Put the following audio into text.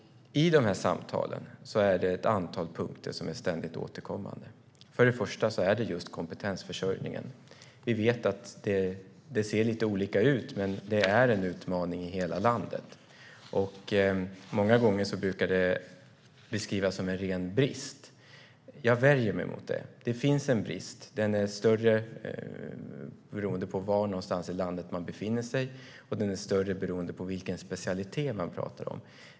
I dessa samtal är det ett antal punkter som är ständigt återkommande. Först och främst är det just kompetensförsörjningen. Vi vet att det ser lite olika ut, men det är en utmaning i hela landet. Många gånger brukar detta beskrivas som en ren brist. Jag värjer mig mot det. Det finns en brist. Den kan vara större beroende på var någonstans i landet man befinner sig, och den kan vara större beroende på vilken specialitet vi talar om.